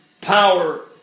power